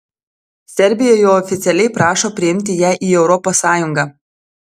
serbija jau oficialiai prašo priimti ją į europos sąjungą